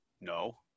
No